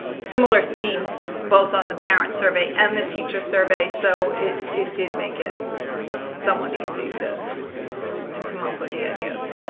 similar themes both on the parent survey and the teacher survey so it it did make it somewhat easy to to come up with the ideas